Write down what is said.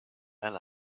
and